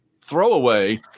throwaway